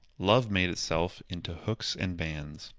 love made itself into hooks and bands.